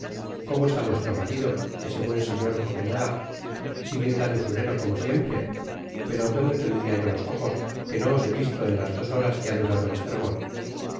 como está vuestro marido ese buen señor coquenard sigue tan usurero como siempre pero donde tendria yo los ojos que no os he visto en las dos horas que ha durado el sermon